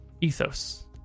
Ethos